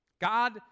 God